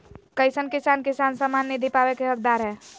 कईसन किसान किसान सम्मान निधि पावे के हकदार हय?